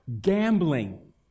Gambling